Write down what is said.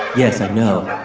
yes, i know.